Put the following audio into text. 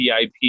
VIP